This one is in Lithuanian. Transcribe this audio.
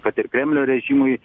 kad ir kremlio režimui